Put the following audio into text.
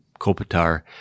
Kopitar